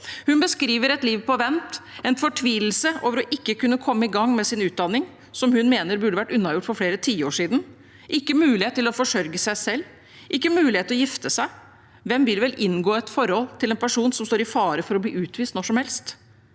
Hun beskriver et liv på vent og en fortvilelse over ikke å kunne komme i gang med sin utdanning, som hun mener burde vært unnagjort for flere tiår siden. Hun har ikke mulighet til å forsørge seg selv og har heller ikke mulighet til å gifte seg. Hvem vil vel inngå et forhold til en person som står i fare for å bli utvist når som helst?